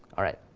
all right.